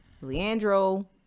leandro